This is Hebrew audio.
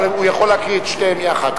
אבל הוא יכול להקריא את שתיהן יחד.